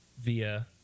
via